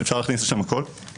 אפשר להכניס לשם הכול.